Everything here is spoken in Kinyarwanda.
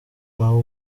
nko